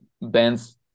bands